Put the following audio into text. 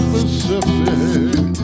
Pacific